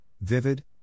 vivid